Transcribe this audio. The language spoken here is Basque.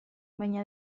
baina